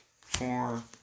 four